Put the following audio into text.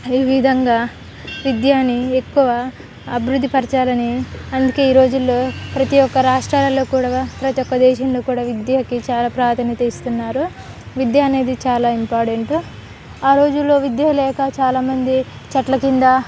ఈ విధంగా విద్యని ఎక్కువ అభివృద్ధిపరచాలని అందుకే ఈ రోజుల్లో ప్రతి ఒక్క రాష్ట్రాలలో కూడా ప్రతి ఒక్క దేశంలో కూడా విద్యకి చాలా ప్రాధాన్యత ఇస్తున్నారు విద్య అనేది చాలా ఇంపార్టెంట్ ఆ రోజుల్లో విద్య లేక చాలామంది చెట్ల కింద